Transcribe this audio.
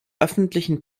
öffentlichen